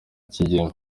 kigeme